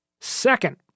Second